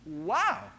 wow